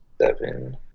Seven